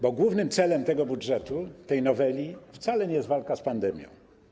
Bo głównym celem tego budżetu, tej noweli wcale nie jest walka z pandemią.